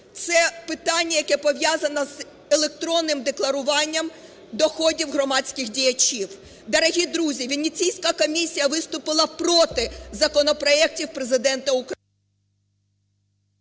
це питання, яке пов'язано з електронним декларуванням доходів громадських діячів. Дорогі другі, Венеційська комісія виступила проти законопроектів Президента України…